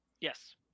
yes